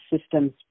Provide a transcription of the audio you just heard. systems